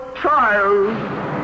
child